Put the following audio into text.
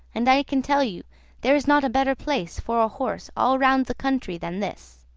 and i can tell you there is not a better place for a horse all round the country than this.